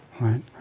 right